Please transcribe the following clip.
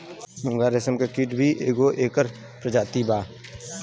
मूंगा रेशम के कीट भी एगो एकर प्रजाति बा